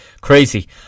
crazy